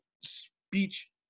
speech